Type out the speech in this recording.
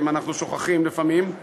אם אנחנו שוכחים לפעמים,